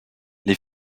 les